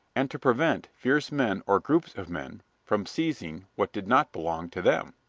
and to prevent fierce men or groups of men from seizing what did not belong to them.